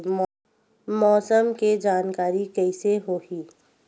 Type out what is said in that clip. मौसम के जानकारी कइसे होही?